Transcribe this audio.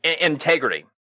integrity